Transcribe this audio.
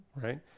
right